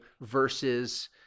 versus